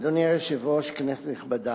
אדוני היושב-ראש, כנסת נכבדה,